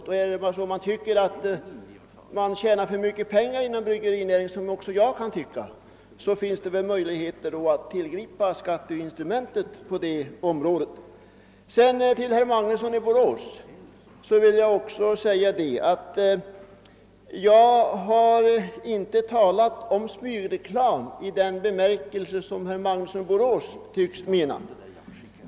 är det så att någon tycker att man tjänar för mycket pengar inom bryggerinäringen — det kan också jag tycka — så finns möjligheten att använda skatteinstrumentet. Till herr Magnusson i Borås vill jag säga att jag inte talat om smygreklam i den bemärkelse som herr Magnusson i Borås tycks avse.